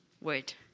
wait